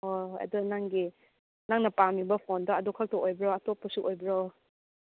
ꯍꯣꯏ ꯍꯣꯏ ꯑꯗꯨ ꯅꯪꯒꯤ ꯅꯪꯅ ꯄꯥꯝꯂꯤꯕ ꯐꯣꯟꯗꯣ ꯑꯗꯨ ꯈꯛꯇ ꯑꯣꯏꯕ꯭ꯔꯣ ꯑꯇꯣꯞꯄꯁꯨ ꯑꯣꯏꯕ꯭ꯔꯣ